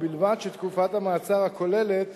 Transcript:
ובלבד שתקופת המעצר הכוללת